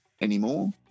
anymore